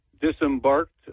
disembarked